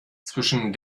zwischen